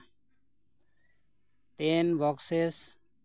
ten boxes